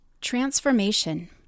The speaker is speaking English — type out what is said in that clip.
Transformation